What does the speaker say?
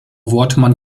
wortmann